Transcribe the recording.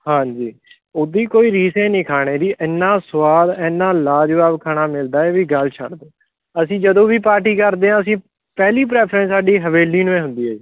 ਹਾਂਜੀ ਉਹਦੀ ਕੋਈ ਰੀਸ ਨਹੀਂ ਖਾਣੇ ਦੀ ਇੰਨਾ ਸਵਾਦ ਇੰਨਾ ਲਾਜਵਾਬ ਖਾਣਾ ਮਿਲਦਾ ਇਹ ਵੀ ਗੱਲ ਛੱਡ ਦਿਉ ਅਸੀਂ ਜਦੋਂ ਵੀ ਪਾਰਟੀ ਕਰਦੇ ਹਾਂ ਅਸੀਂ ਪਹਿਲੀ ਪ੍ਰੈਫਰੈਂਸ ਸਾਡੀ ਹਵੇਲੀ ਨੂੰ ਹੁੰਦੀ ਹੈ ਜੀ